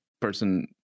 person